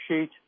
sheet